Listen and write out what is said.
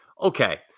Okay